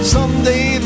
Someday